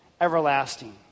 everlasting